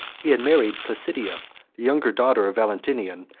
he had married placidia, the younger daughter of valentinian,